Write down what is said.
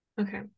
okay